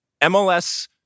MLS